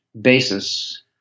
basis